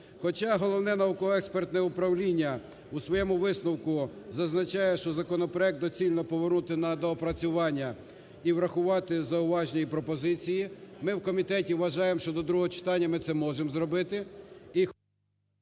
хоча Головне науково-експертне управління у своєму висновку зазначає, що законопроект доцільно повернути на доопрацювання і врахувати зауваження, і пропозиції. Ми в комітеті вважаємо, що до другого читання ми це можемо зробити…